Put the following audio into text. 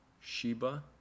Sheba